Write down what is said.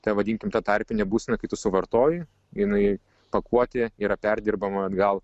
ta vadinkim ta tarpinė būsena kai tu suvartoji jinai pakuotė yra perdirbama atgal